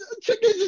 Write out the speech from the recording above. chicken